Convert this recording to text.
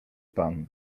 pan